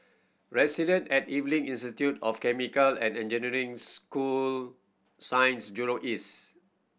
Residence at Evelyn Institute of Chemical and Engineering school Science Jurong East